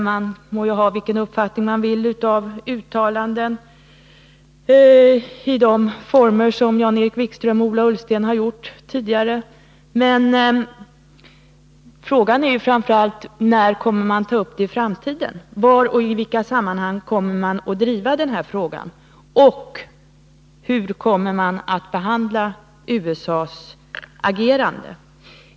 Man må ha vilken uppfattning man vill om uttalanden av det slag Jan-Erik Wikström och Ola Ullsten har gjort tidigare, men frågan är framför allt: När kommer man att ta upp den här frågan i framtiden, var och i vilka sammanhang kommer man att driva den och hur kommer man att behandla USA:s agerande?